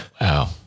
Wow